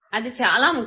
అది చాలా ముఖ్యం